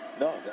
No